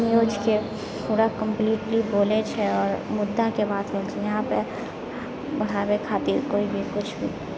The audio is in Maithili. न्यूजके पूरा कम्प्लिटली बोलै छै आओर मुद्दाके बात करै छै यहाँपे बढ़ाबै खातिर कोइ भी कुछ भी